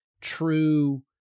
true